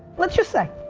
let's just say,